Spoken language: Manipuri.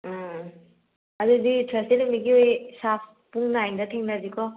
ꯎꯝ ꯑꯗꯨꯗꯤ ꯊꯔꯁꯗꯦ ꯅꯨꯃꯤꯠꯀꯤ ꯁꯥꯔꯞ ꯄꯨꯡ ꯅꯥꯏꯟꯗ ꯊꯦꯡꯅꯔꯁꯤꯀꯣ